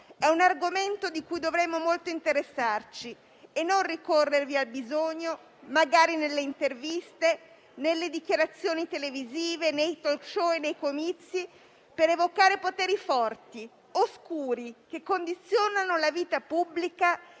è un argomento del quale dovremmo molto interessarci, e non ricorrervi al bisogno, magari nelle interviste, nelle dichiarazioni televisive, nei *talk show* e nei comizi, per evocare poteri forti e oscuri che condizionano la vita pubblica